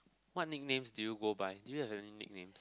what nicknames do you go by do you have any nicknames